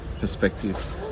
perspective